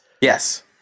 Yes